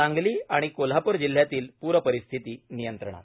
सांगली आणि कोल्हापूर जिल्ह्यातील पूरपरिस्थिती नियंत्रणात